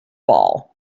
fall